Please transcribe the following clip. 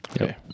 Okay